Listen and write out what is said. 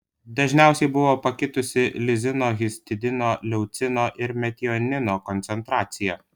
dažniausiai buvo pakitusi lizino histidino leucino ir metionino koncentracija